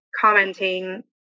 commenting